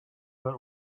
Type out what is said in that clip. were